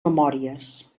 memòries